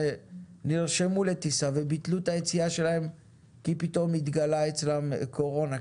שנרשמו לטיסה וביטלו את היציאה שלהם כי פתאום התגלה אצלם קורונה,